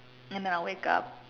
and then I'd wake up